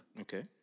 Okay